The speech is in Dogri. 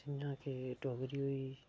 जि'यां कि डोगरी होई